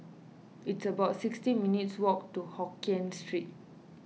it's about sixty minutes' walk to Hokkien Street